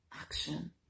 action